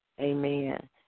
Amen